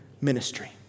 ministry